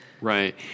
Right